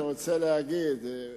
זה מה שאני רוצה להגיד.